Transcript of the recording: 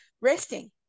resting